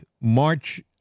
march